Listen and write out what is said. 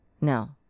No